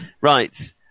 Right